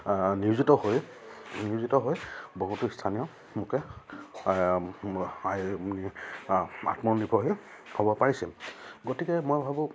নিয়োজিত হৈ নিয়োজিত হৈ বহুতো স্থানীয় লোকে আত্মনিৰ্ভৰশীল হ'ব পাৰিছিল গতিকে মই ভাবোঁ